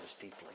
deeply